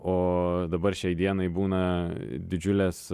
o dabar šiai dienai būna didžiulės